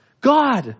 God